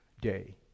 day